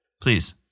Please